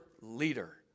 leader